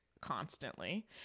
constantly